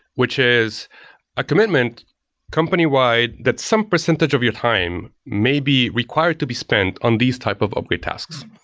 which is a commitment company-wide that some percentage of your time may be required to be spent on these type of upgrade tasks.